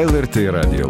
lrt radijas